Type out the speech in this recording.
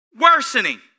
worsening